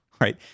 Right